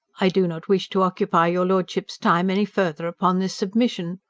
i do not wish to occupy your lordship's time any further upon this submission.